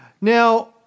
Now